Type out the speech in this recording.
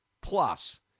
plus